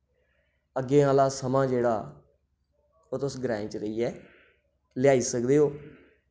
अग्गें आह्ला समां जेह्ड़ा ओह् तुस ग्राएं च रेहियै लेआई सकदे ओ